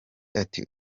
ati